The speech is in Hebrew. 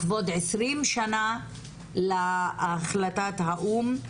לכבוד 20 שנה להחלטת האו"ם,